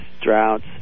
droughts